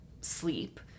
sleep